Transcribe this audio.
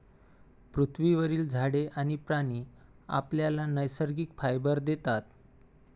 पृथ्वीवरील झाडे आणि प्राणी आपल्याला नैसर्गिक फायबर देतात